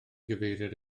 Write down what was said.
gyfeiriad